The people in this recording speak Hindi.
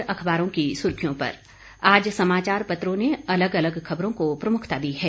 अब एक नजर अखबारों की सुर्खियों पर आज समाचार पत्रों ने अलग अलग खबरों को प्रमुखता दी है